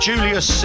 Julius